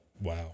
Wow